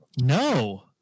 No